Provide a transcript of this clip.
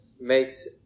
makes